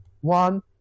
one